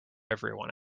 everyone